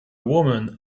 woman